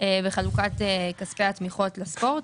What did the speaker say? בחלוקת כספי התמיכות לספורט.